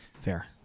Fair